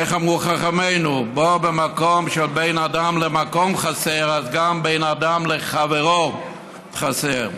איך אמרו חכמינו: במקום שבין אדם למקום חסר אז גם בין אדם לחברו חסר.